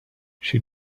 she